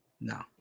No